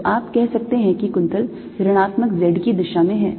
तो आप कह सकते हैं कि कुंतल ऋणात्मक z की दिशा में है